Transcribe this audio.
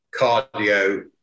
cardio